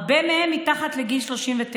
הרבה מהן מתחת לגיל 39,